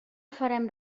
farem